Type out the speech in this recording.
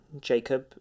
Jacob